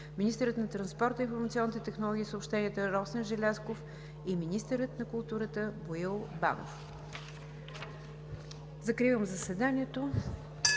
министърът на транспорта, информационните технологии и съобщенията Росен Желязков и министърът на културата Боил Банов. Следващото заседание